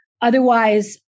Otherwise